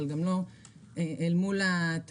אבל גם לא מול התיירים.